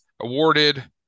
awarded